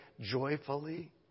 joyfully